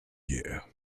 year